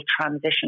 transition